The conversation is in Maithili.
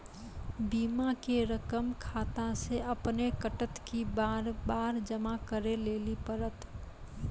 बीमा के रकम खाता से अपने कटत कि बार बार जमा करे लेली पड़त?